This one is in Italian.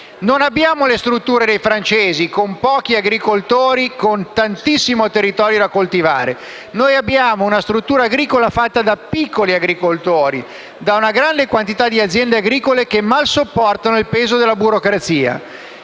Non abbiamo le strutture dei francesi, con pochi agricoltori e tantissimo territorio da coltivare, ma abbiamo una struttura agricoltura fatta da piccoli agricoltori e da una grande quantità di aziende agricole, che mal sopportano il peso della burocrazia.